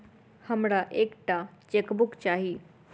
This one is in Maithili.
हमरा एक टा चेकबुक चाहि